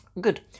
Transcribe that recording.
good